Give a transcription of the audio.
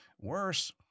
Worse